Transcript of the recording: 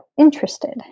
interested